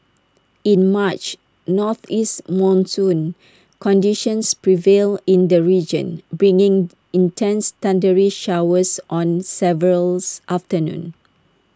in March northeast monsoon conditions prevailed in the region bringing intense thundery showers on severals afternoons